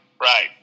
right